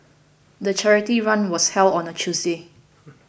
the charity run was held on a Tuesday